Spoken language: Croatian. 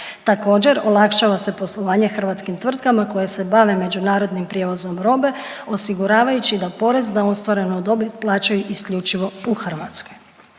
također olakšava se poslovanje hrvatskim tvrtkama koje se bave međunarodnim prijevozom robe osiguravajući da porez na ostvarenu dobit plaćaju isključivo u Hrvatskoj.